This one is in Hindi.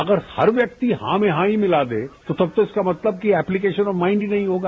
अगर हर व्यक्ति हां में हां ही मिला दे तो तब तो इसका मतलब कि एप्लीकेंशन ऑफ माइंड ही नहीं होगा